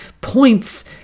points